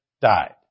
died